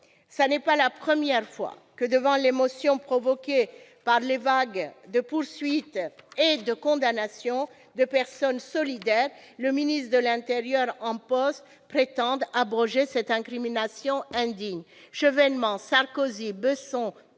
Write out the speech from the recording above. Ce n'est pas la première fois que, devant l'émotion provoquée par les vagues de poursuites et de condamnations de personnes solidaires, le ministre de l'intérieur en poste prétende abroger cette incrimination indigne.